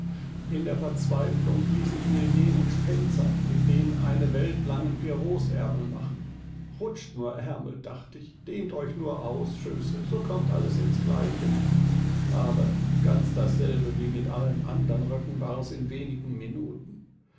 in der verzweiflung ließ ich mir jenen spenzer mit den eine welt langen pierrotsärmeln machen rutscht nur ärmel dacht ich dehnt euch nur aus schöße so kommt alles ins gleiche aber ganz dasselbe wie mit allen andern röcken war es in wenigen minuten